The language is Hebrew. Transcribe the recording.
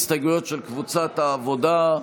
הסתייגויות של קבוצת העבודה.